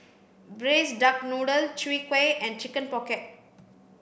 braised duck noodle chwee kueh and chicken pocket